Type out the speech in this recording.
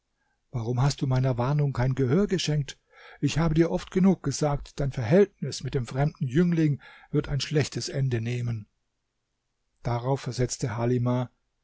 warum hast du meiner warnung kein gehör geschenkt ich habe dir oft genug gesagt dein verhältnis mit dem fremden jüngling wird ein schlechtes ende nehmen darauf versetzte halimah